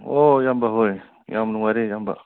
ꯑꯣ ꯏꯌꯥꯝꯕ ꯍꯣꯏ ꯌꯥꯝ ꯅꯨꯡꯉꯥꯏꯔꯦ ꯏꯌꯥꯝꯕ